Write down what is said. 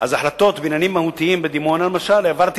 החלטות בעניינים מהותיים בדימונה העברתי